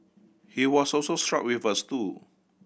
he was also struck with a stool